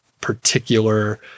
particular